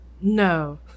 No